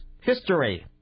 history